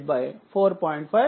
5 4